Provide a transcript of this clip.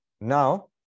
Now